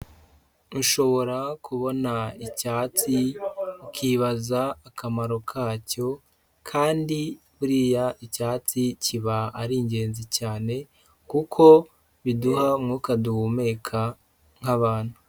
Ushobora kubona icyatsi, ukibaza akamaro kacyo kandi buriya icyatsi kiba ari ingenzi cyane kuko biduha umwuka duhumeka nk'abantu.